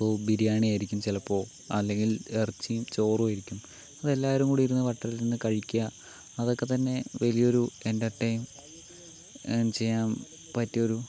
അപ്പോൾ ബിരിയാണിയായിരിക്കും ചിലപ്പോൾ അല്ലെങ്കിൽ ഇറച്ചിയും ചോറുമായിരിക്കും അതെല്ലാവരും കൂടിയിരുന്ന് വട്ടത്തിലിരുന്ന് കഴിക്കുക അതൊക്കെ തന്നെ വലിയ ഒരു എന്റെർടൈൻ ചെയ്യാൻ പറ്റിയൊരു ഇതാണ്